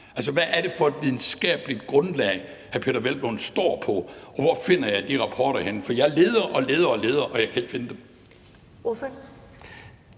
hvad er det for et videnskabeligt grundlag, hr. Peder Hvelplund står på, og hvor finder jeg de rapporter, for jeg leder og leder, og jeg kan ikke finde dem?